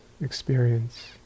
experience